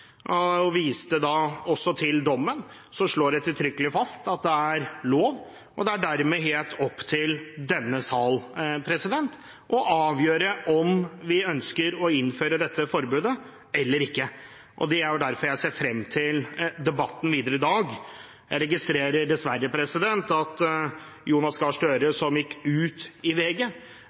til den dommen som slår ettertrykkelig fast at bruk av forbud er lov. Det er dermed helt opp til denne sal å avgjøre om vi ønsker å innføre dette forbudet, eller ikke. Det er jo derfor jeg ser frem til debatten videre i dag. Jeg registrerer dessverre at Jonas Gahr Støre, som gikk ut i VG,